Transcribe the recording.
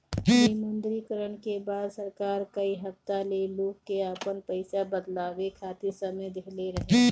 विमुद्रीकरण के बाद सरकार कई हफ्ता ले लोग के आपन पईसा बदलवावे खातिर समय देहले रहे